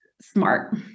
smart